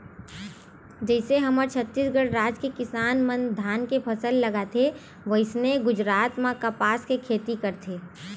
जइसे हमर छत्तीसगढ़ राज के किसान मन धान के फसल लगाथे वइसने गुजरात म कपसा के खेती करथे